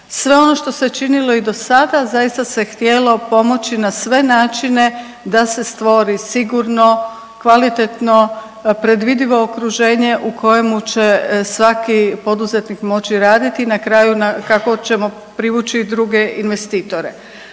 sve ono što se činilo i dosada zaista se htjelo pomoći na sve načine da se stvori sigurno, kvalitetno, predvidivo okruženje u kojemu će svaki poduzetnik moći raditi i na kraju kako ćemo privući druge investitore.